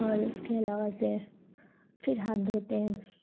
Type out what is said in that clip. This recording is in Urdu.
اور اس کے علاوہ سے پھر ہاتھ دھوتے ہیں